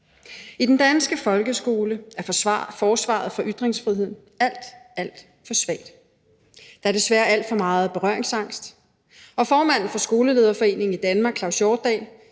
I den danske folkeskole er forsvaret for ytringsfriheden alt, alt for svagt. Der er desværre alt for meget berøringsangst, og formanden for Skolelederforeningen i Danmark, Claus Hjortdal,